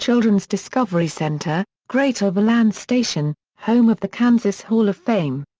children's discovery center great overland station, home of the kansas hall of fame.